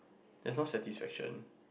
there's no satisfaction